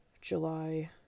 july